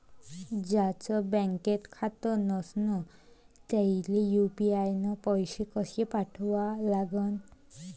ज्याचं बँकेत खातं नसणं त्याईले यू.पी.आय न पैसे कसे पाठवा लागन?